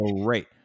great